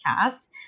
cast